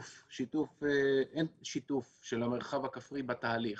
אין שיתוף של המרחב הכפרי בתהליך,